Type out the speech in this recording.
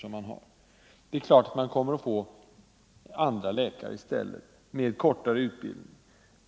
Det är klart att de i stället kommer att få andra läkare med kortare utbildning.